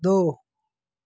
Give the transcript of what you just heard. दो